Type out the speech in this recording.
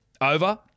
over